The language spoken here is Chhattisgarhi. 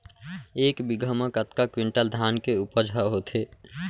एक बीघा म कतका क्विंटल धान के उपज ह होथे?